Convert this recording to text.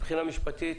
מבחינה משפטית,